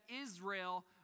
Israel